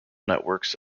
networks